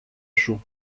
σου